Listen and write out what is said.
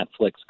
Netflix